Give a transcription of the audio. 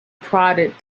prodded